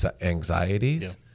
anxieties